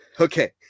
Okay